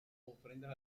ofrendas